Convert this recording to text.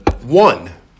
One